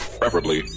preferably